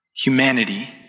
humanity